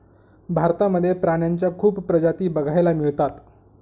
भारतामध्ये प्राण्यांच्या खूप प्रजाती बघायला मिळतात